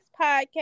podcast